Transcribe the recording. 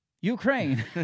Ukraine